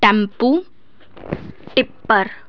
tempo tipper